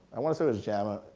i wanna say it was jama,